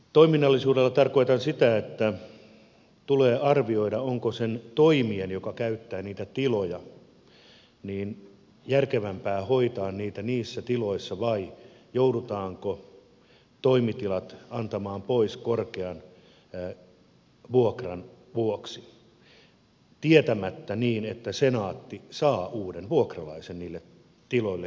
toiminnallisuudella tarkoitan sitä että tulee arvioida onko sen toimijan joka käyttää niitä tiloja järkevämpää hoitaa niitä niissä tiloissa vai joudutaanko toimitilat antamaan pois korkean vuokran vuoksi tietämättä että senaatti saa uuden vuokralaisen niille tiloille käyttöönsä